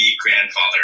grandfather